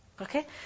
Okay